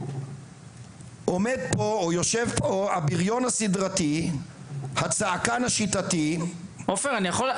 עומד פה או יושב פה הבריון הסדרתי הצעקן השיטתי -- עופר אני יכול,